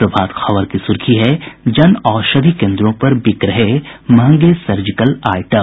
प्रभात खबर की सुर्खी है जन औषधि केन्द्रों पर बिक रहे महंगे सर्जिकल आईटम